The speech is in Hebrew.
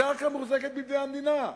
הקרקע מוחזקת בידי המדינה,